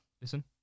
Listen